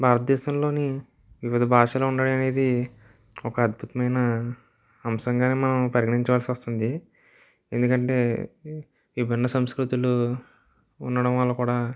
భారతదేశంలోని వివిధ భాషలు ఉండడం అనేది ఒక అద్భుతమైన అంశంగానే మనం పరిగణించవలసి వస్తుంది ఎందుకంటే విభిన్న సంస్కృతులు ఉండడం వల్ల కూడా